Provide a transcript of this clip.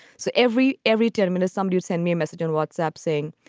so every every ten minutes, somebody sent me a message in whatsapp saying,